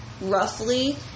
roughly